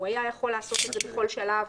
והוא יכול היה לעשות את זה בכל שלב,